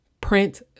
print